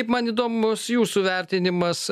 man įdomus jūsų vertinimas